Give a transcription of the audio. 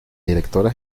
directora